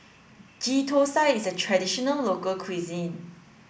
Ghee Thosai is a traditional local cuisine